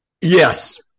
Yes